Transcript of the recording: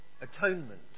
atonement